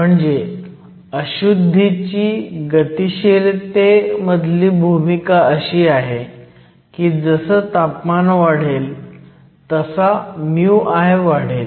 म्हणजे अशुध्दी ची गतीशीलते मधली भूमिका अशी आहे की जसं तापमान वाढेल तसा μI वाढेल